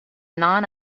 non